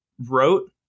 wrote